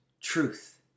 truth